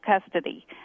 custody